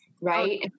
right